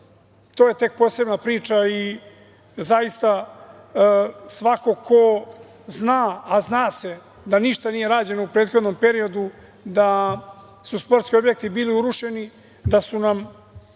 je tek posebna priča. Zaista svako ko zna, a zna se da ništa nije rađeno u prethodnom periodu, da su sportski objekti bili urušeni, da su nam